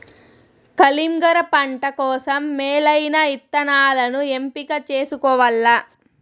కలింగర పంట కోసం మేలైన ఇత్తనాలను ఎంపిక చేసుకోవల్ల